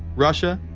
russia,